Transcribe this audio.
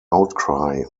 outcry